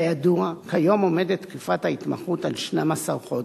כידוע כיום עומדת תקופת ההתמחות על 12 חודש.